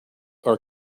our